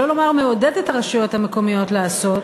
שלא נאמר מעודד את הרשויות המקומיות לעשות,